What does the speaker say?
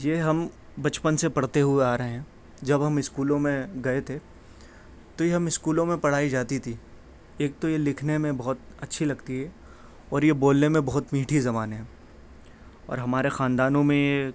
یہ ہم بچپن سے پڑھتے ہوئے آ رہے ہیں جب ہم اسکولوں میں گیے تھے تو یہ ہمیں اسکولوں میں پڑھائی جاتی تھی ایک تو یہ لکھنے میں بہت اچھی لگتی ہے اور یہ بولنے میں بہت میٹھی زبان ہے اور ہمارے خاندانوں میں